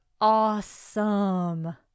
awesome